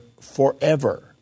forever